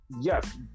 Yes